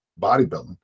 bodybuilding